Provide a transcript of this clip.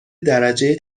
درجه